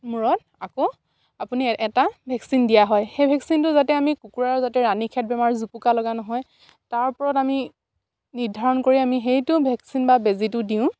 মূৰত আকৌ আপুনি এটা ভেকচিন দিয়া হয় সেই ভেকচিনটো যাতে আমি কুকুৰাৰ যাতে ৰাণি খেত বেমাৰ জোপোকা লগা নহয় তাৰ ওপৰত আমি নিৰ্ধাৰণ কৰি আমি সেইটো ভেকচিন বা বেজীটো দিওঁ